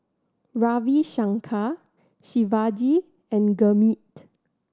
Ravi Shankar Shivaji and Gurmeet